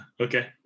Okay